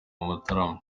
mutarama